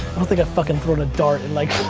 i don't think i've fuckin' thrown a dart in like,